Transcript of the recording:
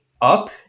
up